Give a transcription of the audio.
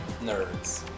nerds